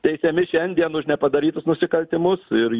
teisiami šiandien už nepadarytus nusikaltimus ir